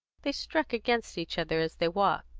they struck against each other as they walked,